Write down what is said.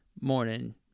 morning